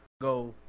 go